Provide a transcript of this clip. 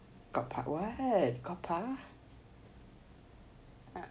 god pa